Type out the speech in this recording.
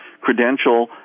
credential